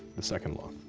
the second law.